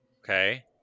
okay